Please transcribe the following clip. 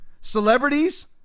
celebrities